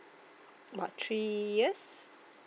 about three years